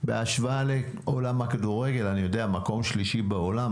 בהשוואה לעולם הכדורגל מקום שלישי בעולם,